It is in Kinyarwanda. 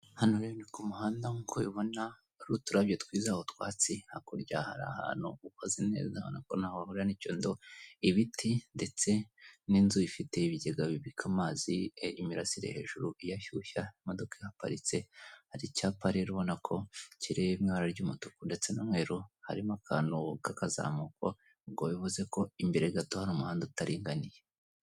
Hano rero ni ku muhanda nkuko ubibona hari uturabyo twiza, utwatsi hakurya hari ahantu ukoze neza ubona ko ntaho wahurira n'icyondo, ibiti ndetse n'inzu ifite ibigega bibika amazi imirasire hejuru iyashyushya, imodoka yaparitse hari icyapa rero ubona ko kiri mu ibara ry'umutuku ndetse n'umweru, harimo akantu k'akazamuko ubwo bivuze ko imbere gato hari umuhanda utaringaniye.